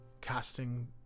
casting